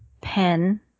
pen